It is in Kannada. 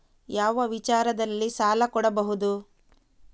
ಯಾವ ವಿಚಾರದಲ್ಲಿ ಸಾಲ ಕೊಡಬಹುದು?